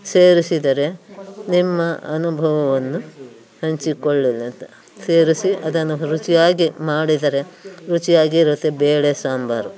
ಸೇರಿಸಿದರೆ ನಿಮ್ಮ ಅನುಭವವನ್ನು ಹಂಚಿಕೊಳ್ಳಲಿ ಅಂತ ಸೇರಿಸಿ ಅದನ್ನು ರುಚಿಯಾಗಿ ಮಾಡಿದರೆ ರುಚಿಯಾಗಿರುತ್ತೆ ಬೇಳೆ ಸಾಂಬಾರು